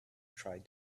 tried